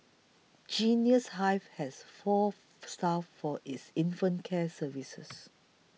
Genius Hive has four staff for its infant care services